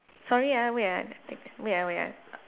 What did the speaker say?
sorry ah wait ah wait ah wait ah